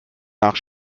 nach